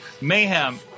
Mayhem